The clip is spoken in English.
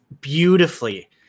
beautifully